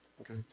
okay